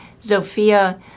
Zofia